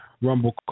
Rumble